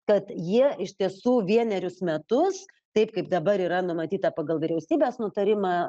kad jie iš tiesų vienerius metus taip kaip dabar yra numatyta pagal vyriausybės nutarimą